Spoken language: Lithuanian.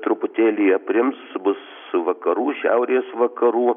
truputėlį aprims bus vakarų šiaurės vakarų